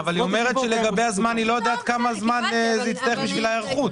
אומרת שלגבי הזמן היא לא יודעת כמה זמן יצטרכו בשביל ההיערכות.